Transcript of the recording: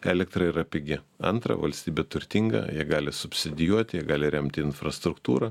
elektra yra pigi antra valstybė turtinga jie gali subsidijuoti jie gali remti infrastruktūrą